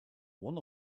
one